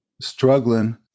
struggling